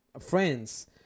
friends